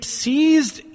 seized